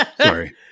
sorry